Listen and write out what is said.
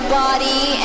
body